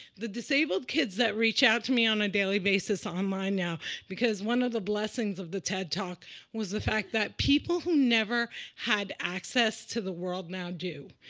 the disabled kids that reach out to me on a daily basis online now because one of the blessings of the ted talk was the fact that people who never had access to the world now do.